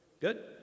Good